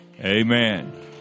amen